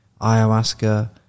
ayahuasca